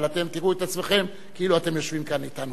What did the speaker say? אבל אתם תראו את עצמכם כאילו אתם יושבים כאן אתנו.